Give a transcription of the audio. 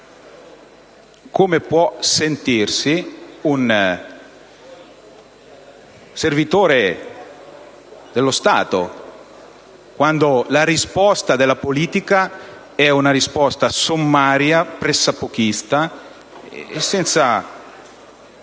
come può sentirsi un servitore dello Stato quando la risposta della politica è sommaria, pressappochista e senza